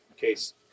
case